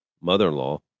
mother-in-law